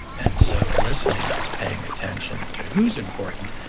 and so listening is paying attention to who's important.